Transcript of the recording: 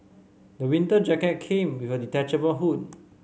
my winter jacket came with a detachable hood